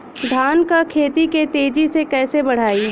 धान क खेती के तेजी से कइसे बढ़ाई?